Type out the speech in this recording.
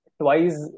twice